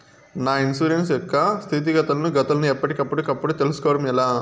నా ఇన్సూరెన్సు యొక్క స్థితిగతులను గతులను ఎప్పటికప్పుడు కప్పుడు తెలుస్కోవడం ఎలా?